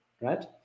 right